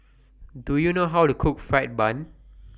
Do YOU know How to Cook Fried Bun